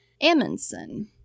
Amundsen